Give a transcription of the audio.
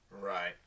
Right